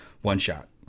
one-shot